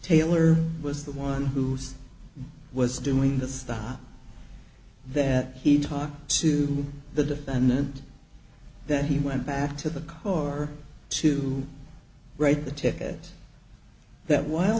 taylor was the one who's was doing the stuff that he talked to the defendant that he went back to the car to write the ticket that while